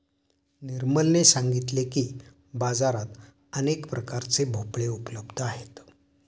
निर्मलने सांगितले की, बाजारात अनेक प्रकारचे भोपळे उपलब्ध आहेत